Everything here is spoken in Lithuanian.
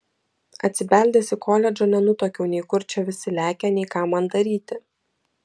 atsibeldęs į koledžą nenutuokiau nei kur čia visi lekia nei ką man daryti